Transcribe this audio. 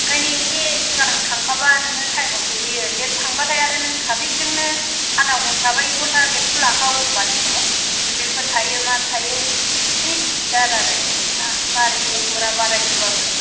ओंखायनो एसे सिगां थांखाबा नोङो टाइमाव सहैयो लेट थांबाथाय आरो नों ट्राफिकजोंनो आधा घन्टा एबा एक घन्टा लेटखौ लाखा एखमबानि समाव स्टुडेन्टफोर थायो मा थायो बेखायनो दिगदार आरो नोंथां गारि गरा बारायदोंब्लाबो